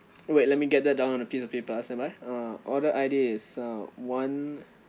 wait let me get that down on a piece of paper ah standby uh order I_D is uh one